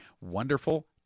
wonderful